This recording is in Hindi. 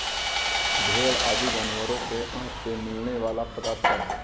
भेंड़ आदि जानवरों के आँत से मिलने वाला पदार्थ है